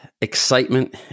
excitement